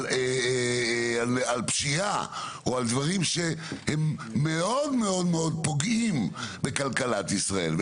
על פשיעה או על דברים שהם מאוד מאוד פוגעים בכלכלת ישראל.